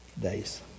days